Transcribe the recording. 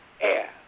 air